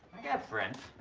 got friends.